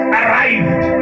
arrived